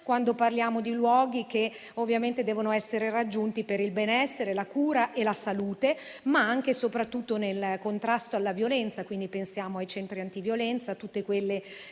quando parliamo di luoghi che devono essere raggiunti per il benessere, la cura, la salute, ma anche e soprattutto per il contrasto alla violenza. Pensiamo quindi ai centri antiviolenza